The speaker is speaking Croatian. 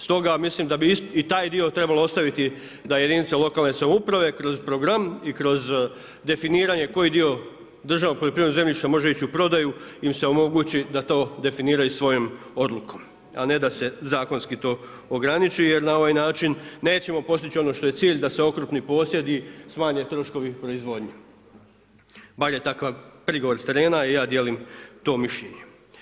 Stoga mislim da bi i taj dio trebalo ostaviti da jedinice lokalne samouprave kroz program i kroz definiranje koji dio državnog poljoprivrednog zemljišta može ići u prodaju im se omogući da to definiraju svojom odlukom, a ne da se zakonski to ograniči jer na ovaj način nećemo postići ono što je cilj da se okrupni posjed i smanje troškovi proizvodnje, bar je takav prigovor s terena i ja dijelim to mišljenje.